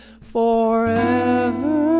forever